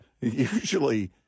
Usually